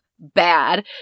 Bad